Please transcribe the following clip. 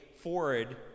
forward